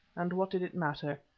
and what did it matter?